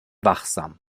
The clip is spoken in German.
wachsam